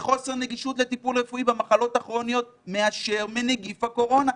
חוסר נגישות לטיפול רפואי במחלות הכרוניות מאשר מנגיף הקורונה,